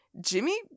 Jimmy